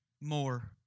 more